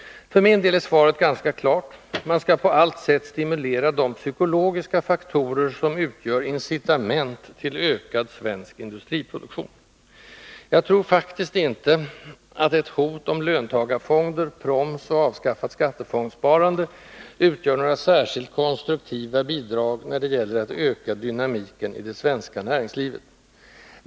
För min del är svaret ganska klart: Man skall på allt sätt stimulera de psykologiska faktorer som utgör incitament till ökad svensk industriproduktion. Jag tror faktiskt inte att hotet om löntagarfonder, proms och avskaffat skattefondssparande utgör några särskilt konstruktiva bidrag när det gäller att öka dynamiken i det svenska näringslivet.